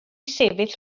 sefyll